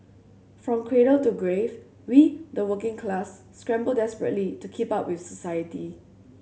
from cradle to grave we the working class scramble desperately to keep up with society